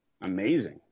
amazing